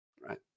Right